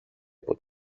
από